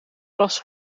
gras